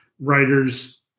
writers